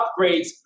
upgrades